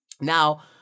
Now